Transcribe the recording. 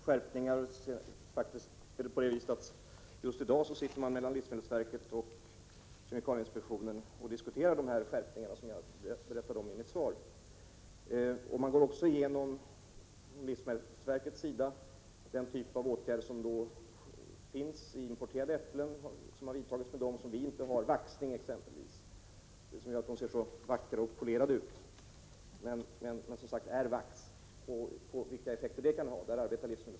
Herr talman! Det pågår, som sagt, ett arbete för att åstadkomma skärpningar. Just i dag sitter faktiskt representanter för livsmedelsverket och kemikalieinspektionen och diskuterar de skärpningar som jag nämnde i mitt svar. Från livsmedelsverkets sida går man också igenom t.ex. frågor som gäller de åtgärder som har vidtagits när det gäller importerade äpplen och som vi inte vidtar. Jag avser exempelvis vaxningen. Det är ju vaxningen som gör att äpplena ser så vackra och polerade ut. Livsmedelsverket arbetar även med frågor som gäller effekterna av denna vaxning.